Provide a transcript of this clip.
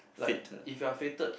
like if you are fated